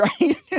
right